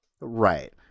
right